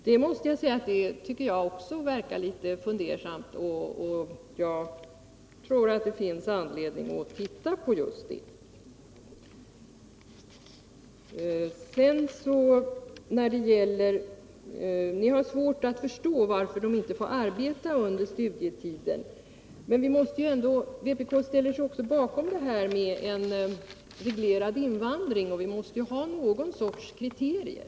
Jag måste säga att jag också är fundersam över det, och jag tror det finns anledning att titta på just den frågan. Ni har svårt att förstå varför de inte får arbeta under studietiden. Men vpk ställer sig också bakom det här med reglerad invandring, och man måste ju ha någon sorts kriterier.